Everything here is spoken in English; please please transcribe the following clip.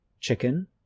chicken